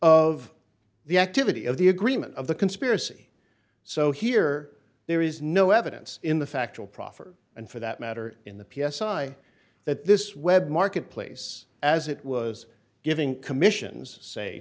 of the activity of the agreement of the conspiracy so here there is no evidence in the factual proffer and for that matter in the p s i i that this web marketplace as it was giving commissions say